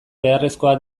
beharrezkoa